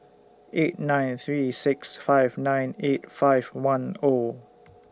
eight nine three six five nine eight five one O